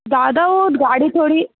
दादा उहो गाड़ी थोरी